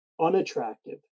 unattractive